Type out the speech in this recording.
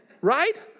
Right